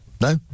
No